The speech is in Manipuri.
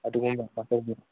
ꯑꯗꯨꯒꯨꯝꯕ ꯈꯔ ꯇꯧꯕꯤꯔꯣ